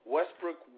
Westbrook